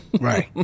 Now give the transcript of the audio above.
right